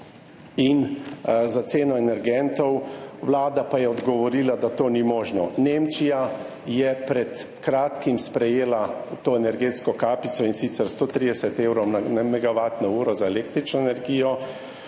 za ceno energentov, vlada pa je odgovorila, da to ni možno. Nemčija je pred kratkim sprejela to energetsko kapico, in sicer 130 evrov na megavatno uro za električno energijo.